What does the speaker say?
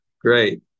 Great